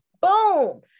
boom